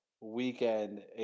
weekend